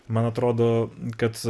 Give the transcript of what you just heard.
man atrodo kad